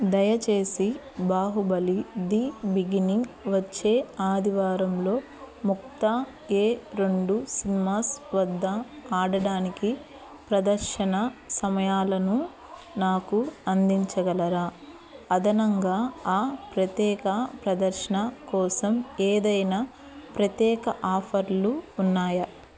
దయచేసి Baahubali the beginning వచ్చే ఆదివారంలో ముక్తా ఏ రెండు సినిమాస్ వద్ద ఆడడానికి ప్రదర్శన సమయాలను నాకు అందించగలరా అదనంగా ఆ ప్రత్యేక ప్రదర్శన కోసం ఏదైనా ప్రత్యేక ఆఫర్లు ఉన్నాయా